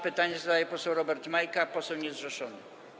Pytanie zadaje poseł Robert Majka, poseł niezrzeszony.